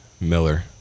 Miller